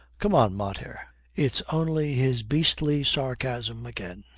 come on, mater it's only his beastly sarcasm again.